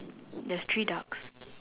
there's three Ducks